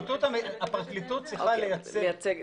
הפרקליטות צריכה לייצג.